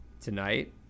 Tonight